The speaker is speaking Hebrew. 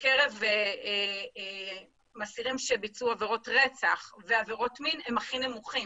בקרב אסירים שביצעו עבירות רצח ועבירות מין הם הכי נמוכים.